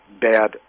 bad